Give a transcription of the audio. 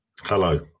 Hello